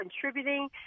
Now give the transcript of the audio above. contributing